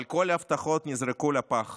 אבל כל ההבטחות נזרקו לפח